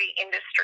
industry